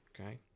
okay